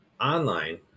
Online